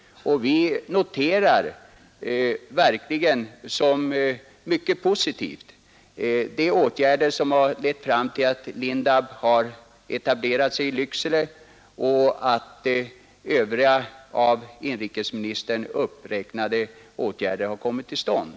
Vi noterar verkligen som mycket positiva de åtgärder som har lett fram till att Lindab har etablerat sig i Lycksele och att övriga av inrikesministern uppräknade åtgärder har kommit till stånd.